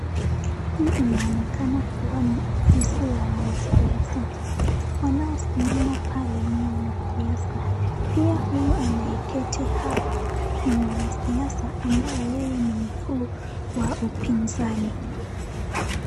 Hii inaonekana kuwa ni ofisi ya wanasiasa. Wanaosimama pale ni wanasiasa. Pia huyu anayeketi hapa ni mwanasiasa ambaye yeye ni mkuu wa upinzani.